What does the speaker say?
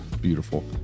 Beautiful